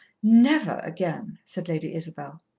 never again, said lady isabel.